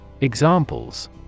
Examples